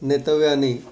नेतव्यानि